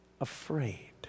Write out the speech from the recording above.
afraid